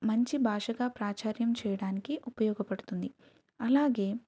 మంచి భాషగా ప్రాచుర్యం చేయడానికి ఉపయోగపడుతుంది అలాగే